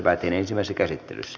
asian käsittely päättyi